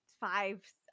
five